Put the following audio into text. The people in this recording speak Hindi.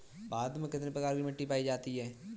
भारत में कितने प्रकार की मिट्टी पाई जाती है?